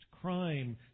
crime